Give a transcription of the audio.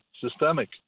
systemic